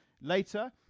later